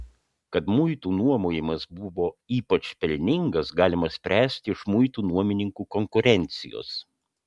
kad muitų nuomojimas buvo ypač pelningas galima spręsti iš muitų nuomininkų konkurencijos